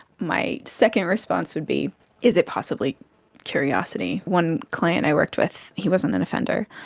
my second response would be is it possibly curiosity? one client i worked with, he wasn't an offender,